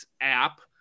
app